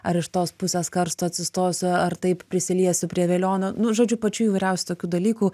ar iš tos pusės karsto atsistosiu ar taip prisiliesiu prie velionio nu žodžiu pačių įvairiausių tokių dalykų